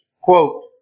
Quote